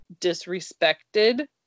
disrespected